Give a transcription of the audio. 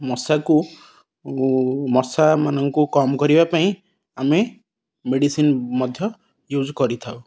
ମଶାକୁ ମଶାମାନଙ୍କୁ କମ୍ କରିବା ପାଇଁ ଆମେ ମେଡ଼ିସିନ ମଧ୍ୟ ୟୁଜ୍ କରିଥାଉ